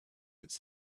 it’s